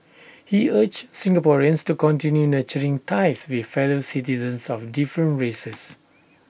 he urged Singaporeans to continue nurturing ties with fellow citizens of different races